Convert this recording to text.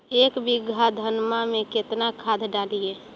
एक बीघा धन्मा में केतना खाद डालिए?